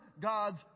God's